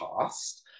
past